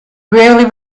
rarely